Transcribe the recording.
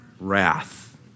wrath